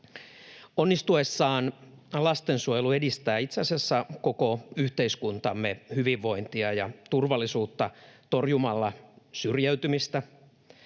Onnistuessaan lastensuojelu edistää itse asiassa koko yhteiskuntamme hyvinvointia ja turvallisuutta torjumalla syrjäytymistä